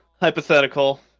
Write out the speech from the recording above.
hypothetical